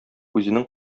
үзенең